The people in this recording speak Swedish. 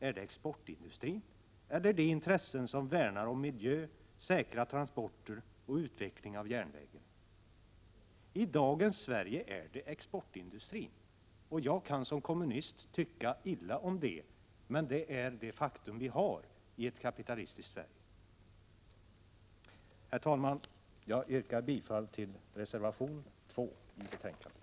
Är det exportindustrin eller är det de intressen som värnar om miljö, säkra transporter och utveckling av järnvägen? I dagens Sverige är det exportindustrin, och jag kan som kommunist tycka illa om det, men det är faktum i ett kapitalistiskt Sverige. Herr talman! Jag yrkar bifall till reservation 2 som är fogad till betänkandet.